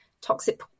toxic